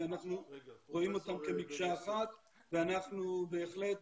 אנחנו רואים אותן כמקשה אחת ואנחנו בהחלט